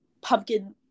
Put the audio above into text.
pumpkin